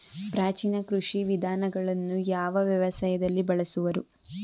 ಪ್ರಾಚೀನ ಕೃಷಿ ವಿಧಾನಗಳನ್ನು ಯಾವ ವ್ಯವಸಾಯದಲ್ಲಿ ಬಳಸುವರು?